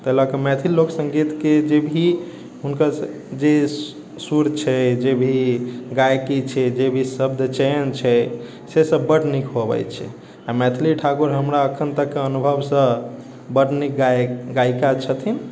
तैं लऽ कऽ मैथिल लोकसङ्गीतके जे भी हुनकर जे सुर छै जे भी गायकी छै जे भी शब्द चयन छै से सब बड़ नीक हुवै छै आओर मैथिली ठाकुर हमरा एखन तक अनुभवसँ बड़ नीक गायिका छथिन